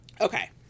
Okay